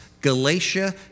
Galatia